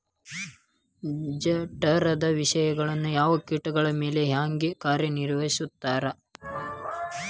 ಜಠರ ವಿಷಗಳು ಯಾವ ಕೇಟಗಳ ಮ್ಯಾಲೆ ಹ್ಯಾಂಗ ಕಾರ್ಯ ನಿರ್ವಹಿಸತೈತ್ರಿ?